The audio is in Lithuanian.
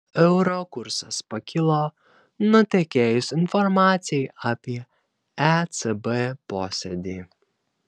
euro kursas pakilo nutekėjus informacijai apie ecb posėdį